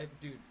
dude